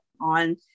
on